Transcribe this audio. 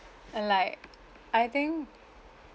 and like I think